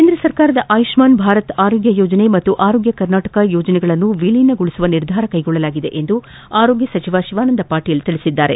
ಕೇಂದ್ರ ಸರ್ಕಾರದ ಆಯುಷ್ಮನ್ ಭಾರತ್ ಆರೋಗ್ಯ ಯೋಜನೆ ಹಾಗೂ ಆರೋಗ್ಯ ಕರ್ನಾಟಕ ಯೋಜನೆಗಳೆರಡನ್ನು ವಿಲೀನಗೊಳಿಸುವ ನಿರ್ಧಾರ ಕೈಗೊಳ್ಳಲಾಗಿದೆ ಎಂದು ಆರೋಗ್ಯ ಸಚಿವ ಶಿವಾನಂದ್ ಪಾಟೀಲ್ ತಿಳಿಸಿದ್ದಾರೆ